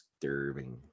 disturbing